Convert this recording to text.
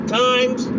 times